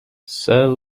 sir